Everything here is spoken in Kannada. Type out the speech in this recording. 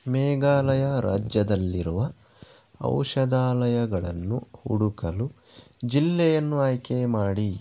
ಮೇಘಾಲಯ ರಾಜ್ಯದಲ್ಲಿರುವ ಔಷಧಾಲಯಗಳನ್ನು ಹುಡುಕಲು ಜಿಲ್ಲೆಯನ್ನು ಆಯ್ಕೆ ಮಾಡಿ